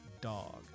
dog